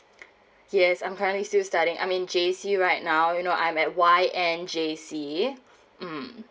yes I'm currently still studying I'm in J_C right now you know I'm at Y_N_J_C mm